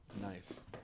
Nice